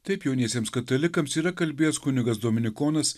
taip jauniesiems katalikams yra kalbėjęs kunigas dominikonas